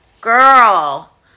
Girl